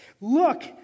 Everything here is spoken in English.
Look